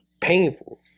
painful